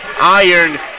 iron